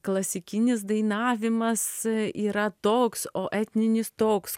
klasikinis dainavimas yra toks o etninis toks